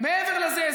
מעבר לזה,